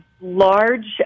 large